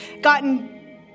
gotten